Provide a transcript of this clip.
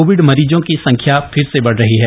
Covid मरीजों की संख्या फिर से बढ़ रही है